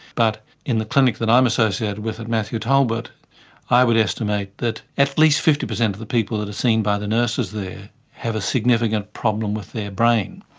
but in the clinic that i'm associated with at matthew talbot i would estimate that at least fifty percent of the people that are seen by the nurses there have a significant problem with their brain.